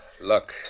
Luck